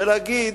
ולהגיד: